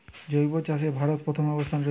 জৈব চাষে ভারত প্রথম অবস্থানে রয়েছে